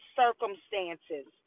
circumstances